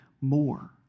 more